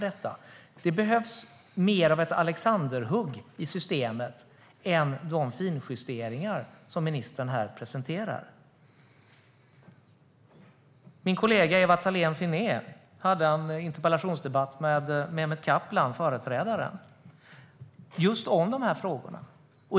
Det behövs mer av ett alexanderhugg i systemet än de finjusteringar som ministern här presenterar. Min kollega Ewa Thalén Finné hade en interpellationsdebatt med ministerns företrädare Mehmet Kaplan just om de här frågorna.